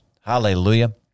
Hallelujah